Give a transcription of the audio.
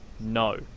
No